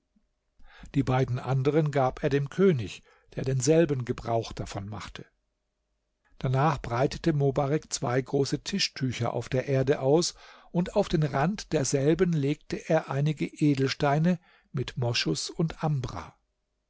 die beiden anderen gab er dem könig der denselben gebrauch davon machte danach breitete mobarek zwei große tischtücher auf der erde aus und auf den rand derselben legte er einige edelsteine mit moschus und ambra